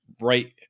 right